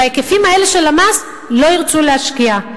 בהיקפים האלה של המס לא ירצו להשקיע.